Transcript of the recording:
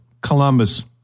Columbus